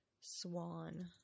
Swan